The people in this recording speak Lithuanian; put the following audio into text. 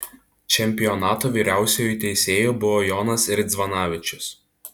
čempionato vyriausiuoju teisėju buvo jonas ridzvanavičius